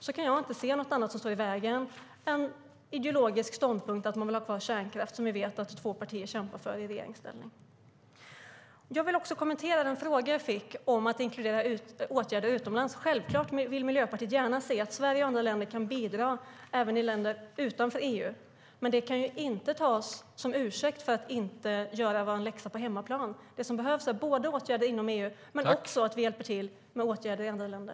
Jag kan inte se att det är något annat som står i vägen för regeringen än en ideologisk ståndpunkt att man vill ha kvar kärnkraft, som vi vet att två partier i regeringsställning kämpar för. Jag vill också kommentera den fråga jag fick om att inkludera åtgärder utomlands. Självklart vill Miljöpartiet gärna se att Sverige och andra länder kan bidra även i länder utanför EU, men det kan inte tas som ursäkt för att inte göra vår läxa på hemmaplan. Det som behövs är både åtgärder inom EU och att vi hjälper till med åtgärder i andra länder.